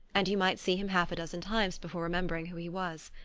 and you might see him half a dozen times before remembering who he was.